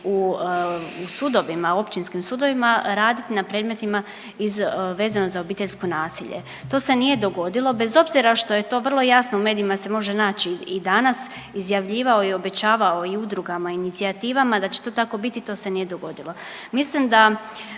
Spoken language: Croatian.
u sudovima, općinskim sudovima raditi na predmetima iz, vezano za obiteljsko nasilje. To se nije dogodilo bez obzira što je to vrlo jasno u medijima se može naći i danas izjavljivao i obećavao i udrugama i inicijativama da će to tako biti, to se nije dogodilo. Mislim da